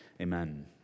Amen